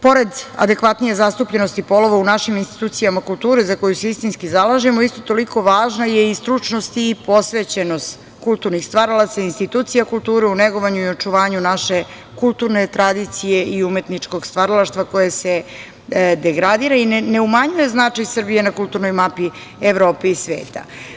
Pored adekvatnije zastupljenosti polova, u našim institucijama kulture, za koje se istinski zalažemo, isto toliko važna je i stručnost i posvećenost kulturnih stvaralaca i institucija kulture u negovanju i očuvanju naše kulturne tradicije i umetničkog stvaralaštva koje se degradira i ne umanjuje značaj Srbije na kulturnoj mapi Evrope i sveta.